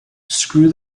screw